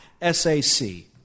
S-A-C